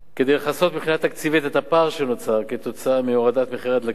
כדי לכסות מבחינה תקציבית את הפער שנוצר מהורדת מחירי הדלקים,